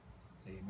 stay